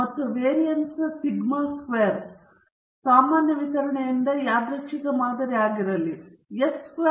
X 1 x 2 xn ಗೆ ಆದ್ದರಿಂದ ಸರಾಸರಿ mu ಮತ್ತು variance ಸಿಗ್ಮಾ ಸ್ಕ್ವೇರ್ನ ಸಾಮಾನ್ಯ ವಿತರಣೆಯಿಂದ ಯಾದೃಚ್ಛಿಕ ಮಾದರಿ ಆಗಿರಲಿ ರು ವರ್ಗವು ವ್ಯತ್ಯಾಸವಾಗಿದೆ